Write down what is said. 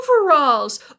Overalls